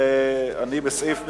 אני בסעיף מס'